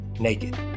naked